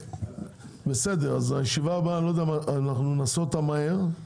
את הישיבה הבאה נעשה מהר.